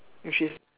which is